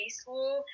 school